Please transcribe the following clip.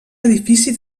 edifici